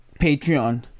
Patreon